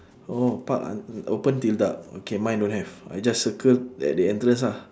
oh park ah open till dark okay mine don't have I just circle at the entrance ah